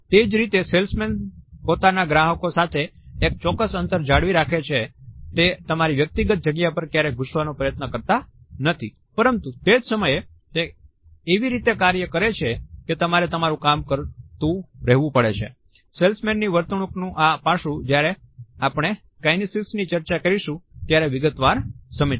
તે જ રીતે સેલ્સમેન પોતાના ગ્રાહકો સાથે એક ચોક્કસ અંતર જાળવી રાખે છે તે તમારી વ્યક્તિગત જગ્યા પર ક્યારેય ઘૂસવાનો પ્રયત્ન કરતા નથી પરંતુ તે જ સમયે તે એવી રીતે કાર્ય કરે છે કે તમારે તમારું કામ કરતું રહેવું પડે સેલ્સમેનની વર્તણુંકનું આ પાસું જ્યારે આપણે કાઈનેસીક્સની ચર્ચા કરશું ત્યારે વિગતવાર સમજીશું